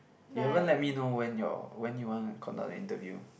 you haven't let me know when your when you want to conduct the interview